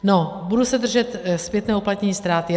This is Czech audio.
No, budu se držet zpětného uplatnění ztráty.